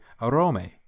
Arome